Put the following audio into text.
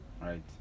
right